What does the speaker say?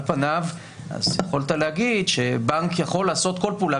על פניו יכולת להגיד שבנק יכול לעשות כל פעולה,